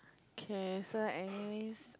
okay so anyways